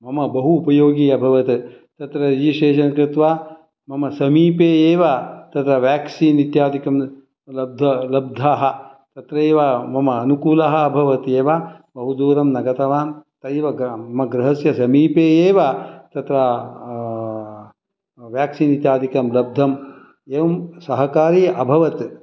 मम बहु उपयोगी अभवत् तत्र रिजिस्ट्रेषन् कृत्वा मम समीपे एव तत्र व्याक्सीन् इत्यादिकं लब्धाः तत्रैव मम अनुकूलः अभवत् एव बहुदूरं न गतवान् सैव मम गृहस्य समीपे एव तत्र व्याक्सीन् इत्यादिकं लब्धं एवं सहकारी अभवत्